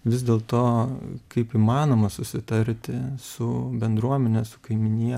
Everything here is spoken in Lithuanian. vis dėlto kaip įmanoma susitarti su bendruomene su kaimynija